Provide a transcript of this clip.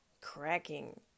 cracking